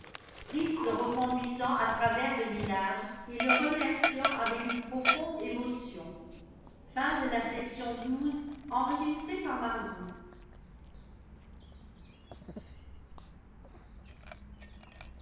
fritz le reconduisant à travers le village et le rein erciant avec une profonde émotion